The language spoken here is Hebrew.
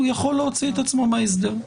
הוא יכול להוציא את עצמו מההסדר.